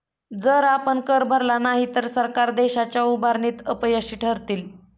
जर आपण कर भरला नाही तर सरकार देशाच्या उभारणीत अपयशी ठरतील